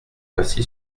ainsi